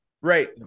Right